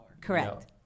Correct